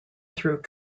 through